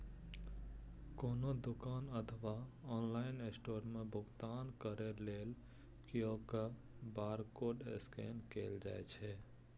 कोनो दुकान अथवा ऑनलाइन स्टोर मे भुगतान करै लेल क्यू.आर कोड स्कैन कैल जाइ छै